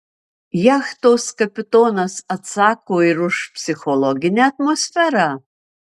jachtos kapitonas atsako ir už psichologinę atmosferą